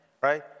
right